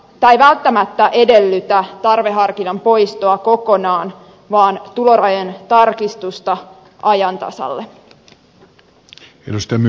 tämä ei välttämättä edellytä tarveharkinnan poistoa kokonaan vaan tulorajojen tarkistusta ajan tasalle